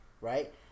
right